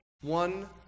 One